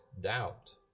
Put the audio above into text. doubt